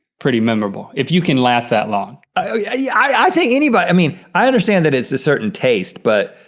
pretty memorable. if you can last that long. i yeah yeah i think anybody, i mean i understand that it's a certain taste but,